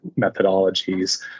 methodologies